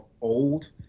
old